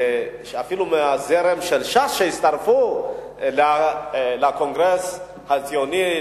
ואפילו מהזרם של ש"ס שהצטרפו לקונגרס הציוני,